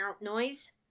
noise